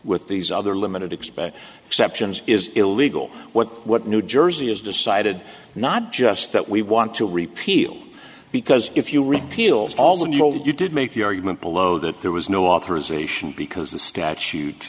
with these other limited expect exceptions is illegal what what new jersey is decided not just that we want to repeal because if you repeal all the old you did make the argument below that there was no authorization because the statute